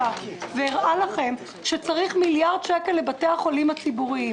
והראה לכם שצריך מיליארד שקלים לבתי החולים הציבוריים.